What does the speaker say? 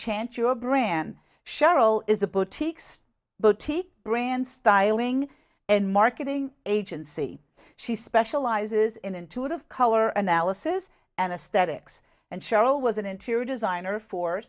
chant your brand sheryl is a boutique boutique brand styling and marketing agency she specializes in intuitive color analysis and aesthetics and cheryl was an interior designer for